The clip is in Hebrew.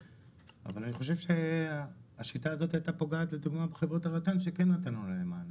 אבל אני חושב שהשיטה הזו הייתה פוגעת בחברות הרט"ן שכן נתנו להן מענה.